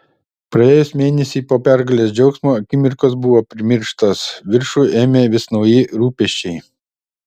praėjus mėnesiui po pergalės džiaugsmo akimirkos buvo primirštos viršų ėmė vis nauji rūpesčiai